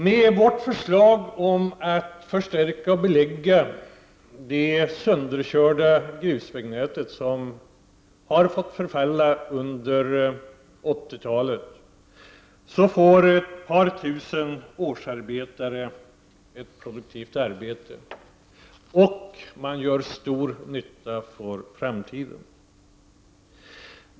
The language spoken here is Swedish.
Med vårt förslag om förstärkning och beläggning av det sönderkörda grusvägnätet, som har fått förfalla under 1980-talet, får ett par tusen årsarbetare ett produktivt arbete samtidigt som de gör stor nytta för framtiden.